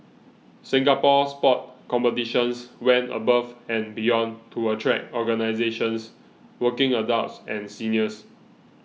Singapore Sport Competitions went above and beyond to attract organisations working adults and seniors